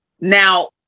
Now